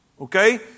Okay